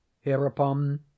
Hereupon